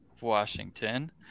Washington